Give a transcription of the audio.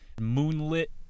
Moonlit